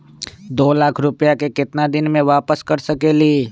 दो लाख रुपया के केतना दिन में वापस कर सकेली?